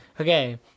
Okay